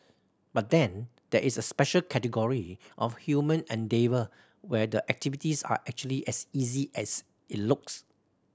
but then there is a special category of human endeavour where the activities are actually as easy as it looks